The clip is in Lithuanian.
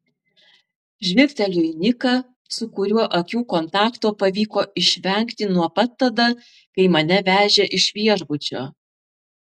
žvilgteliu į niką su kuriuo akių kontakto pavyko išvengti nuo pat tada kai mane vežė iš viešbučio